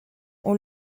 ont